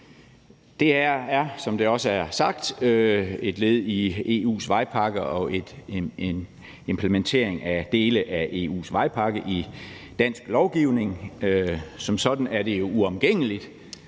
Det her er, som det også er sagt, et led i EU's vejpakke og en implementering af dele af EU's vejpakke i dansk lovgivning. Som sådan er det jo uomgængeligt,